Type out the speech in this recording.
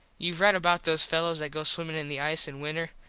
youve red about those fellos that go swimmin in the ice in winter.